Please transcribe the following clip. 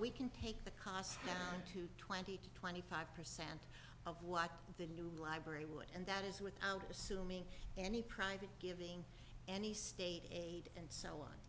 we can take the cost down to twenty to twenty five percent of what the new library would and that is without assuming any private giving any state aid and